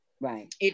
Right